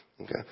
Okay